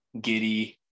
giddy